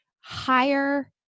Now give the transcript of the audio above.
higher